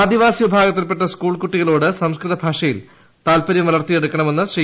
ആദിവാസി വിഭാഗത്തിൽപ്പെട്ട സ്കൂൾകുട്ടികളോട് സംസ്കൃത ഭാഷയിൽ താൽപ്പര്യം വളർത്തിയെടുക്കണമെന്ന് ശ്രീ